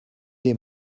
des